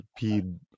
peed